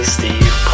Steve